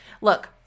Look